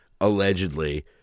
allegedly